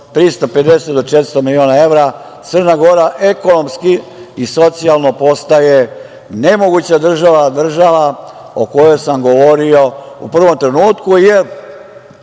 350 do 400 miliona evra, Crna Gora ekonomski i socijalno postaje nemoguća država, država o kojoj sam govorio u prvom trenutku, jer